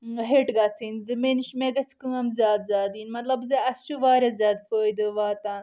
ہٹ گژھٕنۍ زِ مےٚ نش مےٚ گٔژھ کٲم زیادٕ زیادٕ یِنۍ مطلب زِ اسہِ چھُ واریاہ زیادٕ فٲیدٕ واتان